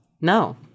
No